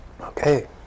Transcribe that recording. Okay